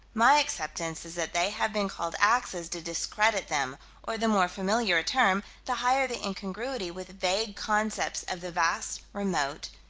my acceptance is that they have been called axes to discredit them or the more familiar a term, the higher the incongruity with vague concepts of the vast, remote,